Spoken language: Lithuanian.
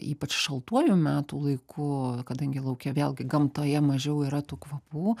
ypač šaltuoju metų laiku kadangi lauke vėlgi gamtoje mažiau yra tų kvapų